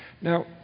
Now